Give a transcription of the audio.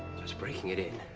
just breaking it in.